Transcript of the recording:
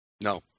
No